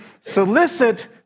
solicit